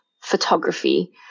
photography